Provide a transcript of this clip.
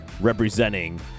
representing